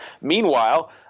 meanwhile